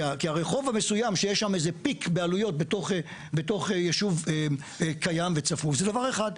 כי הרחוב המסוים שיש שם פיק בעלויות בתוך יישוב קיים וצפוף זה דבר אחד,